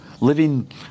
living